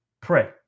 pray